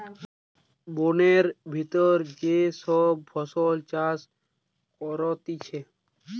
বোনের ভিতর যে সব ফসলের চাষ করতিছে